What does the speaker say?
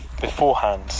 beforehand